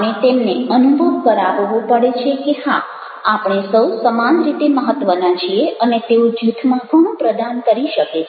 આપણે તેમને અનુભવ કરાવવો પડે છે કે હા આપણે સૌ સમાન રીતે મહત્ત્વના છીએ અને તેઓ જૂથમાં ઘણું પ્રદાન કરી શકે છે